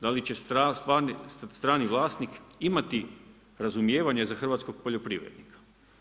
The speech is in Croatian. Da li će strani vlasnik imati razumijevanje za hrvatskog poljoprivrednika?